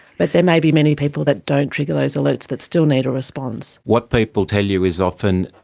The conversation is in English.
but there may be many people that don't trigger those alerts that still need a response. what people tell you is often,